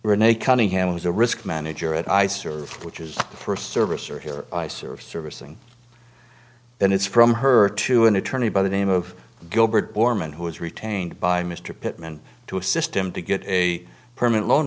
was a risk manager at ice or which is the first service or here i serve servicing and it's from her to an attorney by the name of gilbert ormond who was retained by mr pittman to assist him to get a permanent loan